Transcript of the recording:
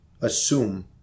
assume